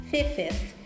Fifth